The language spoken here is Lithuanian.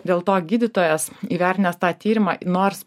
dėl to gydytojas įvertinęs tą tyrimą nors